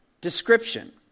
description